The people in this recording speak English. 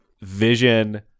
Vision